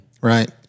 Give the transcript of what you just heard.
right